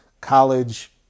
college